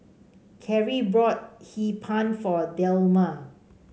Karie bought Hee Pan for Delma